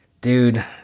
Dude